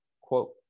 quote